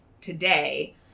today